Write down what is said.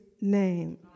name